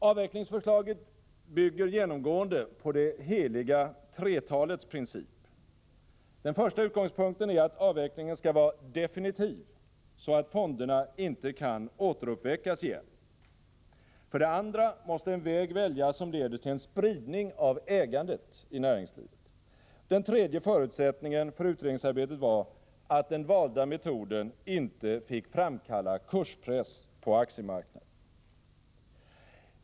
Avvecklingsförslaget bygger genomgående på det heliga tretalets princip. Den första utgångspunkten är att avvecklingen skall vara definitiv, så att fonderna inte kan återuppväckas igen. För det andra måste en väg väljas som leder till en spridning av ägandet i näringslivet. Den tredje förutsättningen för utredningsarbetet var att den valda metoden inte fick framkalla kurspress på aktiemarknaden.